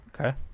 Okay